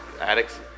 addicts